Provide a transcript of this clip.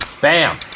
bam